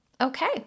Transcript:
Okay